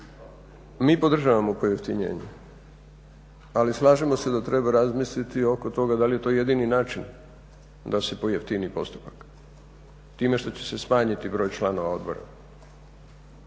mi podržavamo pojeftinjenje, ali slažemo se da treba razmisliti oko toga da li je to jedini način da se pojeftini postupak time što će se smanjiti broj članova odbora.